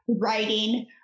writing